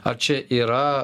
ar čia yra